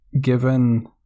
given